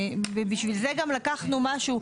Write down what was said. ובשביל זה גם לקחנו משהו,